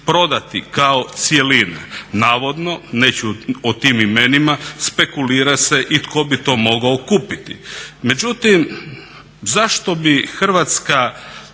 prodati kao cjelina. Navodno, neću o tim imenima, spekulira se i tko bi to mogao kupiti. Međutim, zašto bi HRT